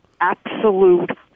absolute